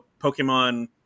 Pokemon